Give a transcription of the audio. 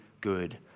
good